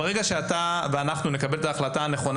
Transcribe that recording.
כשאחר כך הן עוד צריכות אחת לשבועיים ללכת להשתלם,